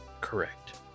Correct